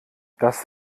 das